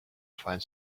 find